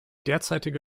derzeitige